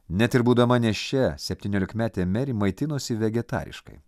net ir būdama nėščia septyniolikmetė meri maitinosi vegetariškai